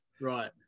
right